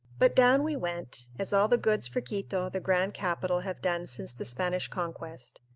but down we went, as all the goods for quito, the grand capital, have done since the spanish conquest.